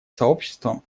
сообществом